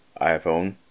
iPhone